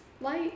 light